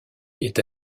est